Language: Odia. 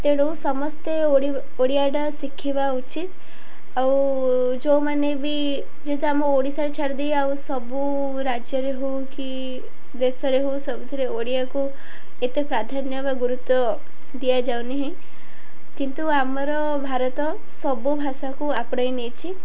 ତେଣୁ ସମସ୍ତେ ଓଡ଼ିଆଟା ଶିଖିବା ଉଚିତ୍ ଆଉ ଯେଉଁମାନେ ବି ଯେହେତୁ ଆମ ଓଡ଼ିଶାରେ ଛାଡ଼ିଦେଇ ଆଉ ସବୁ ରାଜ୍ୟରେ ହେଉ କି ଦେଶରେ ହେଉ ସବୁଥିରେ ଓଡ଼ିଆକୁ ଏତେ ପ୍ରାଧାନ୍ୟ ବା ଗୁରୁତ୍ୱ ଦିଆଯାଉନାହିଁ କିନ୍ତୁ ଆମର ଭାରତ ସବୁ ଭାଷାକୁ ଆପଣେଇ ନେଇଛିି